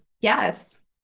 yes